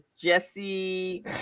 jesse